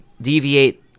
deviate